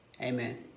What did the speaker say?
amen